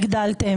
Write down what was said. שהגדלתם.